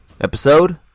Episode